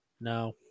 no